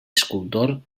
escultor